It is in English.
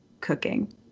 cooking